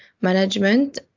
management